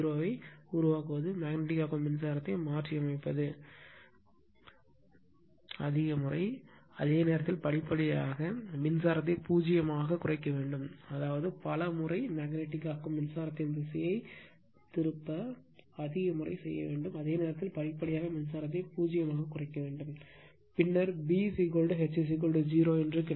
ஐ உருவாக்குவது மேக்னட்டிக் ஆக்கும் மின்சாரத்தை மாற்றியமைப்பது அதிக முறை அதே நேரத்தில் படிப்படியாக மின்சாரத்தை பூஜ்ஜியமாகக் குறைக்க வேண்டும் அதாவது பல முறை மேக்னட்டிக் ஆக்கும் மின்சாரத்தின் திசையைத் திருப்ப அதிக முறை அதே நேரத்தில் படிப்படியாக மின்சாரத்தை பூஜ்ஜியமாகக் குறைக்க வேண்டும் பின்னர் B H 0 கிடைக்கும்